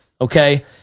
Okay